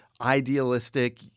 idealistic